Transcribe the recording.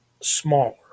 smaller